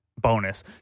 bonus